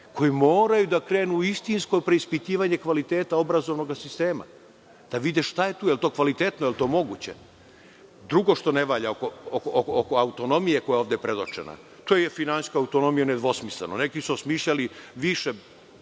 koje moraju da krenu u istinsko preispitivanje kvaliteta obrazovnog sistema, da vide da li je to kvalitetno, da li je moguće. Drugo što ne valja oko autonomije koja je ovde predočena, to je finansijska autonomija, nedvosmisleno. Neki su osmislili više